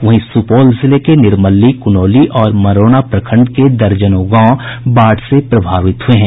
वहीं सुपौल जिले के निर्मली कुनौली और मरौना प्रखंड के दर्जनों गांव बाढ़ से प्रभावित हुये हैं